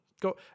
go